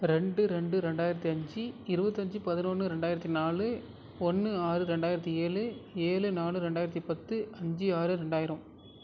ரெண்டு ரெண்டு ரெண்டாயிரத்து அஞ்சு இருபத்தஞ்சி பதினொன்று ரெண்டாயிரத்து நாலு ஒன்று ஆறு ரெண்டாயிரத்து ஏழு ஏழு நாலு ரெண்டாயிரத்து பத்து அஞ்சு ஆறு ரெண்டாயிரம்